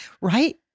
Right